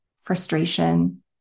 frustration